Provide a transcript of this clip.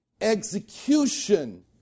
execution